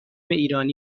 ایرانی